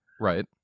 Right